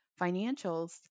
financials